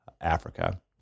Africa